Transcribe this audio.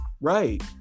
Right